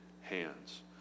hands